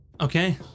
Okay